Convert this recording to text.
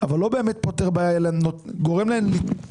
אבל לא באמת פותר בעיה אלא גורם להן לתפוח,